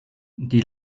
die